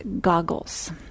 goggles